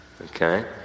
Okay